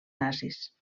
nazis